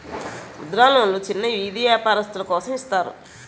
ముద్ర లోన్లు చిన్న ఈది వ్యాపారస్తులు కోసం ఇస్తారు